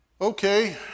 Okay